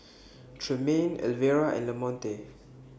Tremaine Elvera and Lamonte